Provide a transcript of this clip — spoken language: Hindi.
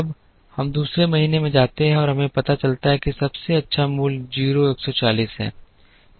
अब हम दूसरे महीने में जाते हैं और हमें पता चलता है कि सबसे अच्छा मूल्य 0 140 है